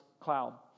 cloud